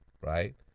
Right